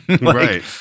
right